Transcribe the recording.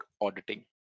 auditing